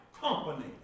company